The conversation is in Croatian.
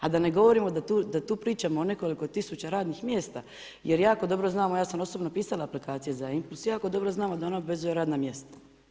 A da ne govorimo da tu pričamo o nekoliko tisuća radnih mjesta jer jako dobro znamo, ja sam osobno pisala aplikacije za Impuls, jako dobro znamo da ona obvezuje radna mjesta.